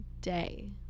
day